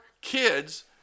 kids